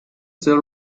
still